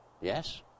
Yes